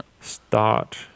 start